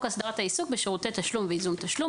הסדרת העיסוק בשירותי תשלום וייזום תשלום,